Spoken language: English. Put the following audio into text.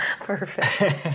Perfect